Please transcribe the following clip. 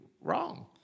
wrong